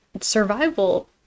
survival